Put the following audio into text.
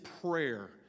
prayer